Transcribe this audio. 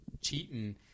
cheating